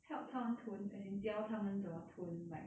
help 他们吞 as in 教他们怎么吞 like